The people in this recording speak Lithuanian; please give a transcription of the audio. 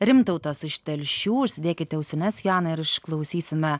rimtautas iš telšių užsidėkite ausines joana ir išklausysime